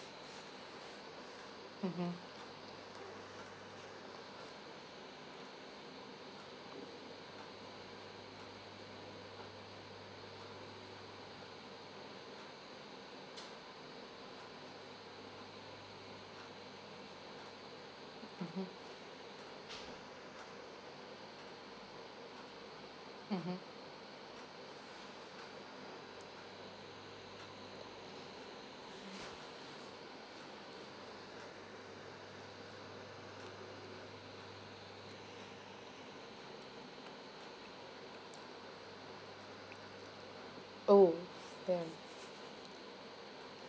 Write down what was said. mmhmm mmhmm mmhmm oh damn